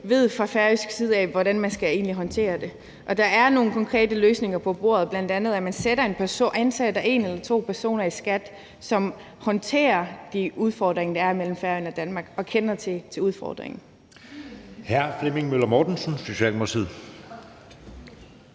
ved fra færøsk side, hvordan man egentlig skal håndtere det. Der er nogle konkrete løsninger på bordet, bl.a. at man ansætter en eller to personer i skattevæsenet, som håndterer de udfordringer, der er, mellem Færøerne og Danmark og kender til udfordringerne.